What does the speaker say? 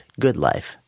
goodlife